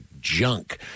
junk